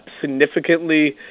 significantly